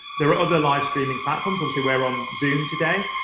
there are other livestreaming platforms. obviously we're on zoom today.